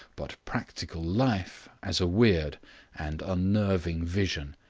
but practical life as a weird and unnerving vision,